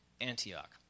Antioch